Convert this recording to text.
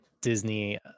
Disney